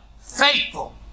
Faithful